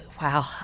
wow